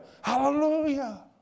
hallelujah